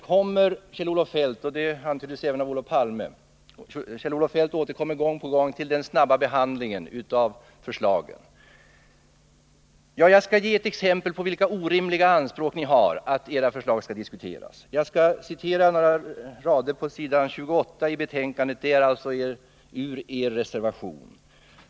Kjell-Olof Feldt och även Olof Palme återkommer gång på gång till den snabba behandlingen av förslagen. Men jag skall ge ett exempel på vilka orimliga anspråk ni har när det gäller att era förslag skall diskuteras, och jag gör det genom att citera några rader ur er reservation på s. 28 i betänkandet.